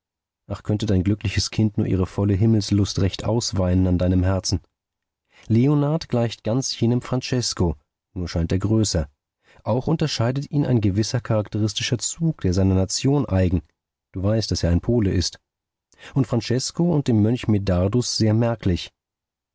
ach könnte dein glückliches kind nur ihre volle himmelslust recht ausweinen an deinem herzen leonard gleicht ganz jenem francesko nur scheint er größer auch unterscheidet ihn ein gewisser charakteristischer zug der seiner nation eigen du weißt daß er ein pole ist von francesko und dem mönch medardus sehr merklich